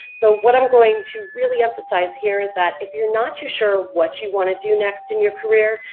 so what i'm going to really emphasize here is that if you're not too sure what you want to do next in your career,